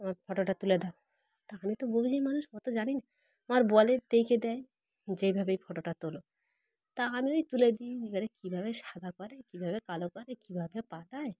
আমার ফটোটা তুলে দাও তা আমি তো মানুষ অতো জানি না আমার বলে দেয় যেইভাবেই ফটোটা তোলো তা আমি ওই তুলে দিই এবারে কীভাবে সাদা করে কীভাবে কালো করে কীভাবে পাঠায়